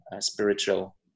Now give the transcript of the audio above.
spiritual